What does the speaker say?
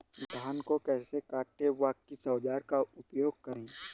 धान को कैसे काटे व किस औजार का उपयोग करें?